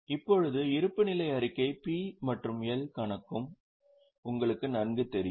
இப்போது இருப்புநிலை அறிக்கை P மற்றும் L கணக்கும் உங்களுக்கு நன்கு தெரியும்